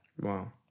Wow